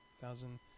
thousand